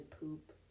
poop